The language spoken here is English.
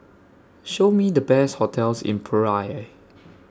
Show Me The Best hotels in Praia